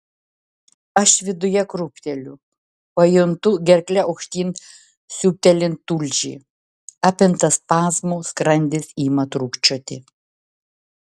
aš viduje krūpteliu pajuntu gerkle aukštyn siūbtelint tulžį apimtas spazmų skrandis ima trūkčioti